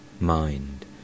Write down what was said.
mind